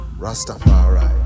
Rastafari